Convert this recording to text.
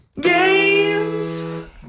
Games